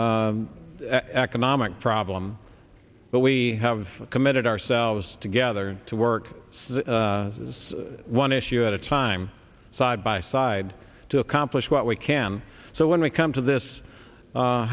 c economic problem but we have committed ourselves together to work says one issue at a time side by side to accomplish what we can so when we come to this